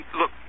look